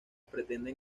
pretenden